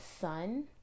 sun